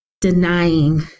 denying